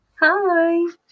Hi